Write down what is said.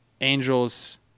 Angels –